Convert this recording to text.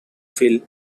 feel